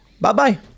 bye-bye